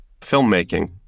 filmmaking